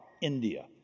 India